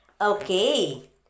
Okay